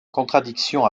contradiction